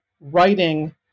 writing